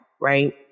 right